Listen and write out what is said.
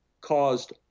caused